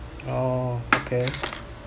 oh okay